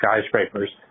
skyscrapers